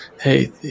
hey